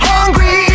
Hungry